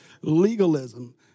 legalism